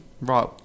Right